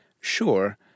sure